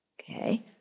Okay